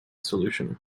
solution